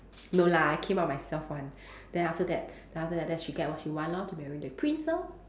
no lah I came out myself [one] then after that then after that then she get what she want lor to marry the prince lor